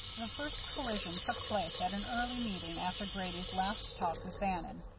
the first collision took place at an early meeting after grady's last talk with bannon.